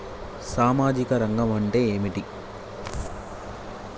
సామాజిక రంగం అంటే ఏమిటి?